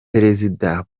perezida